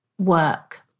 work